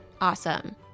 Awesome